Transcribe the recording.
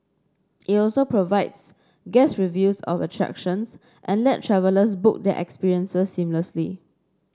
it also provides guest reviews of attractions and lets travellers book their experiences seamlessly